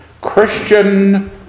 Christian